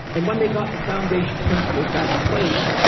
and when they got the foundation principles back in place,